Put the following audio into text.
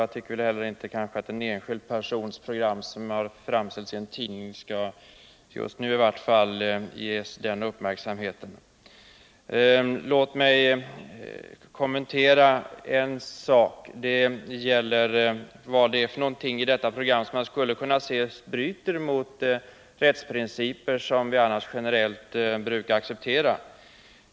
Jag tycker inte heller att en enskild persons program, som det har presenterats i en tidning, skall ges den uppmärksamheten här. Lars-Ove Hagberg frågade vad det är i detta program som kan anses bryta mot de rättsprinciper som vi annars generellt brukar acceptera.